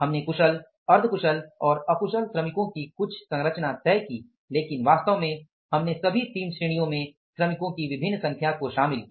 हमने कुशल अर्ध कुशल और अकुशल श्रमिकों की कुछ संरचना तय करते हैं लेकिन वास्तव में हमने सभी 3 श्रेणियों में श्रमिकों की विभिन्न संख्या को शामिल किया